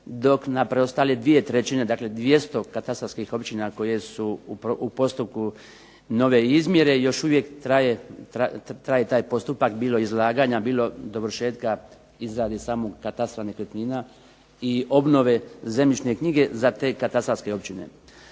dok na preostale dvije trećine, dakle 200 katastarskih općina koje su u postupku nove izmjere, još uvijek traje taj postupak bilo izlaganja, bilo dovršetka izradi samog katastra nekretnina i obnove zemljišne knjige za te katastarske općine.